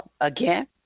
again